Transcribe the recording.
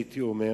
הייתי אומר